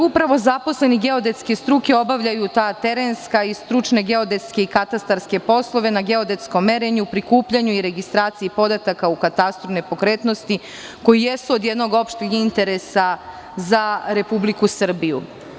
Upravo zaposleni geodetske struke obavljaju ta terenska i stručne geodetske i katastarske poslove na geodetskom merenju, prikupljanju i registraciji podataka u katastru nepokretnosti, koji jesu od jednog opšteg interesa za Republiku Srbiju.